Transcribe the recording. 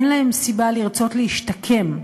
אין להם סיבה לרצות להשתקם,